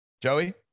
Joey